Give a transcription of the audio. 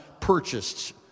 purchased